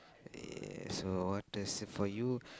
yes what is it for you